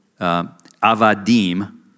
avadim